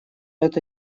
это